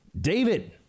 David